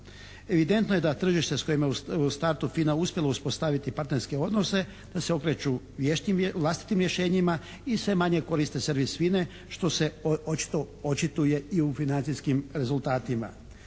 Evidentno je da tržište s kojima je u startu FINA uspjeha uspostaviti partnerske odnose da se okreću vlastitim rješenjima i sve manje koriste servis FINA-e što se očito očituje i u financijskim rezultatima.